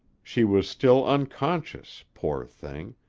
she was still unconscious poor thing!